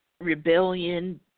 rebellion